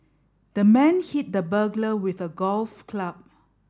the man hit the burglar with a golf club